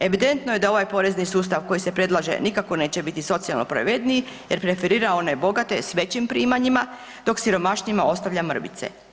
Evidentno je da ovaj porezni sustav koji se predlaže nikako neće biti socijalno pravedniji jer preferira one bogate sa većim primanjima, dok siromašnijima ostavlja mrvice.